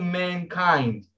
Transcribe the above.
mankind